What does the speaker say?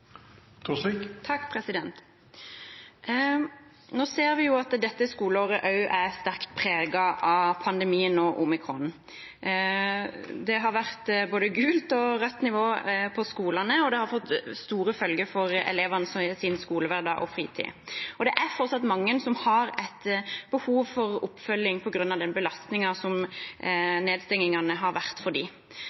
Nå ser vi at dette skoleåret også er sterkt preget av pandemien og omikron. Det har vært både gult og rødt nivå på skolene, og det har fått store følger for elevene i deres skolehverdag og fritid. Det er fortsatt mange som har behov for oppfølging på grunn av den belastningen som nedstengingene har vært for